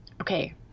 Okay